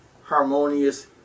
harmonious